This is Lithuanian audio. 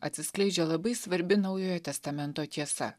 atsiskleidžia labai svarbi naujojo testamento tiesa